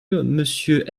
monsieur